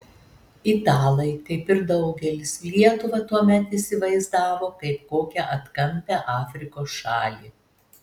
italai kaip ir daugelis lietuvą tuomet įsivaizdavo kaip kokią atkampią afrikos šalį